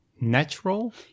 natural